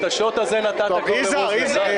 איתן, אל תעזור לי.